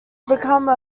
become